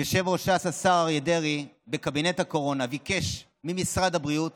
יושב-ראש ש"ס השר אריה דרעי ביקש בקבינט הקורונה ממשרד הבריאות